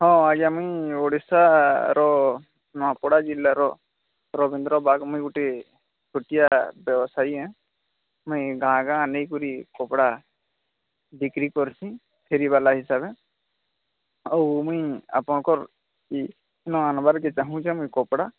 ହଁ ଆଜ୍ଞା ମୁଁ ଓଡ଼ିଶାର ନୂଆପଡ଼ା ଜିଲ୍ଲାର ରବୀନ୍ଦ୍ର ବାଗ ମୁଁ ଗୋଟିଏ ଛୋଟିଆ ବ୍ୟବସାୟୀ ହେ ମୁଁ ଗାଁ ଗାଁ ନେଇକରି କପଡ଼ା ବିକ୍ରି କରୁଛି ଫେରିବାଲା ହିସାବରେ ଆଉ ମୁଁ ଆପଣଙ୍କର ଏ ନୂଆ ନେବାର ଚାହୁଁଛି କପଡ଼ା